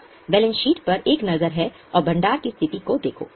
बस balance sheet पर एक नज़र है और भंडार की स्थिति को देखो